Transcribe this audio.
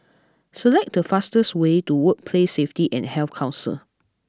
select the fastest way to Workplace Safety and Health Council